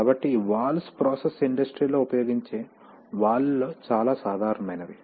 కాబట్టి ఈ valves process industry లో ఉపయోగించే వాల్వ్ లలో చాలా సాధారణమైనవి